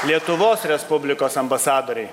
lietuvos respublikos ambasadoriai